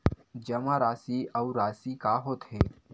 जमा राशि अउ राशि का होथे?